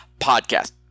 Podcast